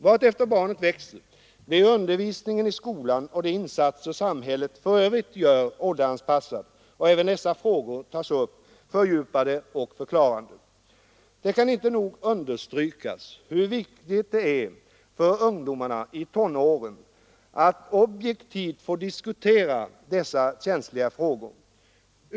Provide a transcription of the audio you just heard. Vartefter barnet växer blir undervisningen i skola, liksom de insatser samhället för övrigt gör, åldersanpassade, och även dessa frågor tas upp fördjupade och förklarade. Det kan inte nog understrykas hur viktigt det är att ungdomarna i tonåren objektivt får diskutera dessa känsliga frågor.